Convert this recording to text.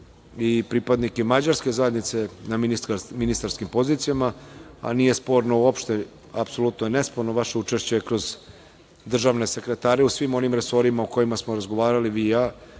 i pripadnike Mađarske zajednice na ministarskim pozicijama. Nije sporno uopšte, apsolutno je nesporno vaše učešće kroz državne sekretare u svim onim resorima o kojima smo razgovarali vi i ja